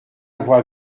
voix